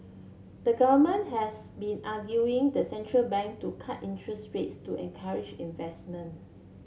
the government has been arguing the central bank to cut interest rates to encourage investment